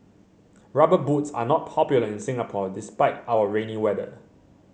Rubber Boots are not popular in Singapore despite our rainy weather